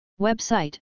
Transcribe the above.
Website